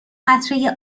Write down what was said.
قطره